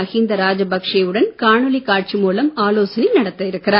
மஹிந்த ராஜபக்சேவுடன் காணொளி காட்சி மூலம் ஆலோசனை நடத்த இருக்கிறார்